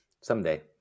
Someday